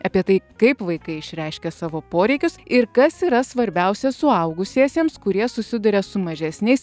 apie tai kaip vaikai išreiškia savo poreikius ir kas yra svarbiausia suaugusiesiems kurie susiduria su mažesniais